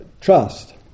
trust